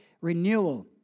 renewal